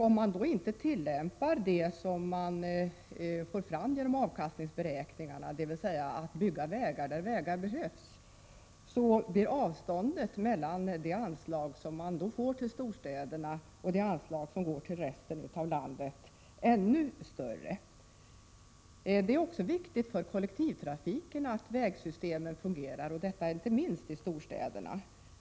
Om man inte tillämpar det som man får fram genom avkastningsberäkningarna, dvs. att bygga vägar där vägar behövs, så blir avståndet mellan de anslag Det är också viktigt för kollektivtrafiken att vägsystemet fungerar, detta inte minst i storstäderna.